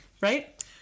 right